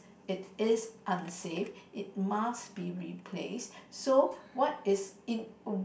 it is unsafe it must be replace so what is in